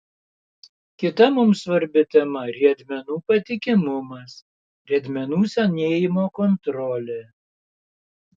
kita mums svarbi tema riedmenų patikimumas riedmenų senėjimo kontrolė